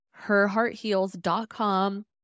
herheartheals.com